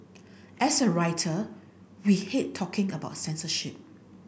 as a writer we hate talking about censorship